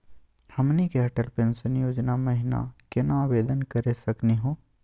हमनी के अटल पेंसन योजना महिना केना आवेदन करे सकनी हो?